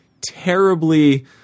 terribly